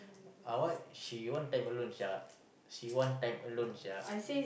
uh what she want time alone sia she want time alone sia